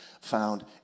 found